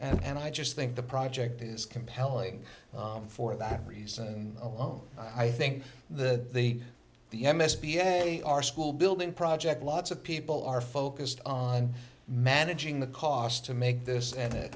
and i just think the project is compelling for that reason alone i think the the the m s b s a our school building project lots of people are focused on managing the cost to make this and it